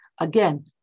again